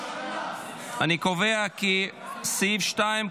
אני קובע כי סעיף 2,